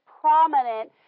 prominent